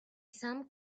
sun